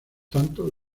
tanto